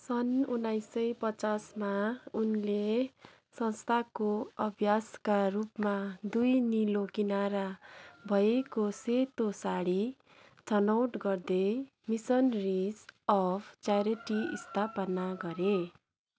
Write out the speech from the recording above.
सन् उन्नाइस सय पचासमा उनले संस्थाको अभ्यासका रूपमा दुई निलो किनारा भएको सेतो साडी छनौट गर्दै मिसनेरिज अफ च्यारिटी स्थापना गरे